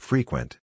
Frequent